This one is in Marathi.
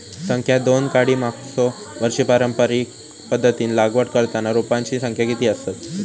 संख्या दोन काडी मागचो वर्षी पारंपरिक पध्दतीत लागवड करताना रोपांची संख्या किती आसतत?